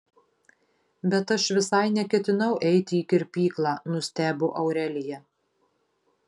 bet aš visai neketinau eiti į kirpyklą nustebo aurelija